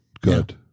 Good